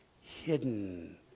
hidden